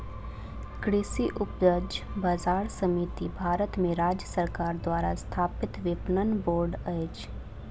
कृषि उपज बजार समिति भारत में राज्य सरकार द्वारा स्थापित विपणन बोर्ड अछि